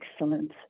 excellent